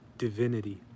Divinity